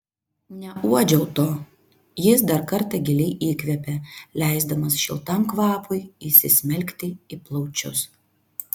neuodžiau to jis dar kartą giliai įkvėpė leisdamas šiltam kvapui įsismelkti į plaučius